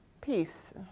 peace